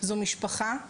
זו משפחה.